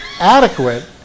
adequate